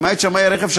למעט שמאי רכב,